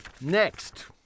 next